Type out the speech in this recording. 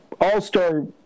all-star